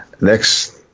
next